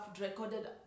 recorded